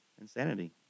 insanity